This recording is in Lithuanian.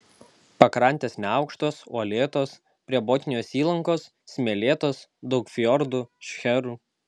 pakrantės neaukštos uolėtos prie botnijos įlankos smėlėtos daug fjordų šcherų